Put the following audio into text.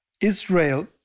Israel